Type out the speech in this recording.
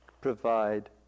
provide